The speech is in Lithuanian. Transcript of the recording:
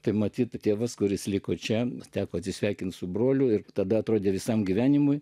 tai matyt tėvas kuris liko čia teko atsisveikinti su broliu ir tada atrodė visam gyvenimui